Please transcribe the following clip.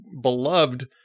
beloved